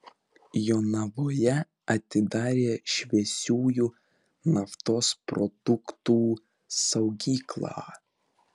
jonavoje atidarė šviesiųjų naftos produktų saugyklą